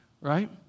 Right